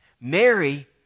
Mary